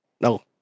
No